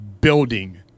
building